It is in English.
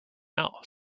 else